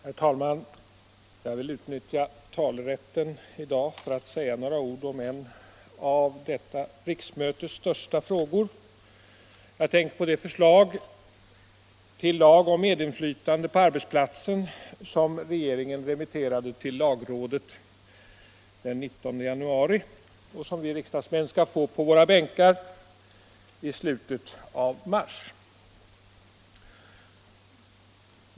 Herr talman! Jag vill utnyttja talerätten i dag för att säga några ord om en av detta riksmötes största frågor. Jag tänker på det förslag till lag om medinflytande på arbetsplatsen som regeringen remitterade till lagrådet den 19 januari och som vi riksdagsmän skall få på våra bänkar i slutet av mars.